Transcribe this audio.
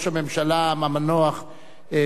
שמיר נמנע,